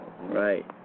Right